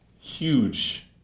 Huge